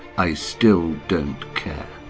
i still don't care.